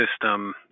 system